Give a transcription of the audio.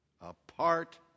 apart